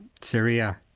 Syria